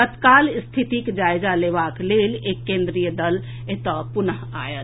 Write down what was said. तत्काल स्थितिक जायजा लेबाक लेल एक केन्द्रीय दल एतए फेर आएत